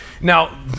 Now